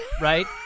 right